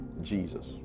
Jesus